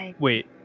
Wait